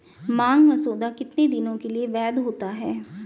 मांग मसौदा कितने दिनों के लिए वैध होता है?